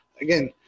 again